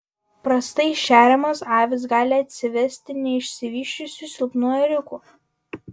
prastai šeriamos avys gali atsivesti neišsivysčiusių silpnų ėriukų